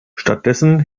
stattdessen